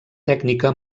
tècnica